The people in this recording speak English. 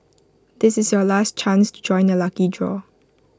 this is your last chance to join the lucky draw